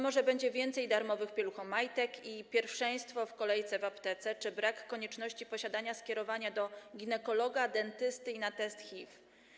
Może będzie więcej darmowych pieluchomajtek i pierwszeństwo w kolejce w aptece czy brak konieczności posiadania skierowania do ginekologa, dentysty i na test HIV.